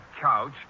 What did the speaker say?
couch